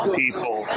people